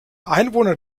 einwohner